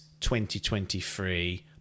2023